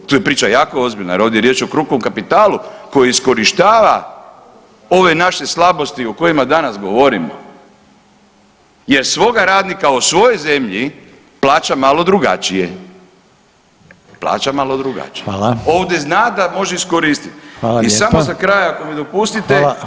Tu je priča jako ozbiljna jer ovdje je riječ o krupnom kapitalu koji iskorištava ove naše slabosti o kojima danas govorimo jer svoga radnika u svoj zemlji plaća malo drugačije, plaća malo drugačije [[Upadica: Hvala.]] Ovdje zna da može iskoristiti i samo [[Upadica: Hvala lijepa.]] za kraj ako mi dopustite